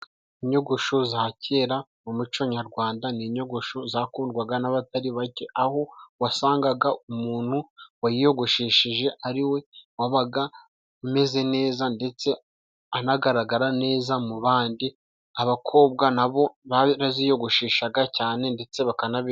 Inyogosho za kera mu muco nyarwanda, ni inyogosho zakundwaga n'abatari bake, aho wasangaga umuntu wayiyogoshesheje ari we wabaga ameze neza ndetse anagaragara neza mu bandi, abakobwa na bo baraziyogosheshaga cyane ndetse bakanaberwa.